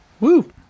woo